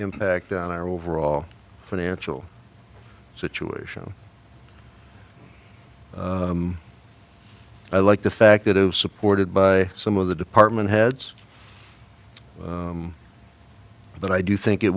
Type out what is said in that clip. impact on our overall financial situation i like the fact that have supported by some of the department heads but i do think it